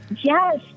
Yes